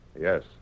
Yes